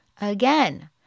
again